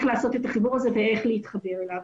לעשות את החיבור הזה ואיך להתחבר אליו.